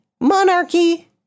monarchy